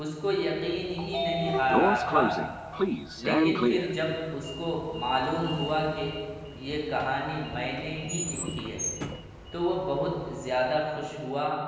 اس کو یقین ہی نہیں آ رہا تھا لیکن پھر جب اس کو معلوم ہوا کہ یہ کہانی میں نے ہی لکھی ہے تو وہ بہت زیادہ خوش ہوا